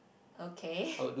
okay